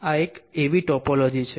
આ એક એવી ટોપોલોજી છે